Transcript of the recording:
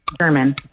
German